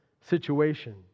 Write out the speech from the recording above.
situation